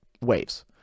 waves